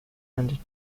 and